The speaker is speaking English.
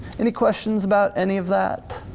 any questions about any of that?